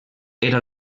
era